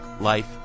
life